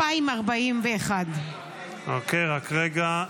2041. אוקיי, רק רגע.